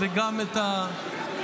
-- וגם את התושבים,